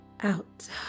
out